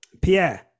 Pierre